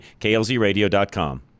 klzradio.com